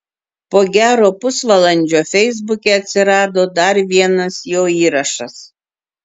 po gero pusvalandžio feisbuke atsirado dar vienas jo įrašas